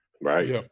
right